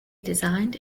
designed